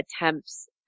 attempts